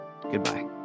Goodbye